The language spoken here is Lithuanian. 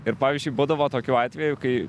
ir pavyzdžiui būdavo tokiu atveju kai